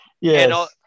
Yes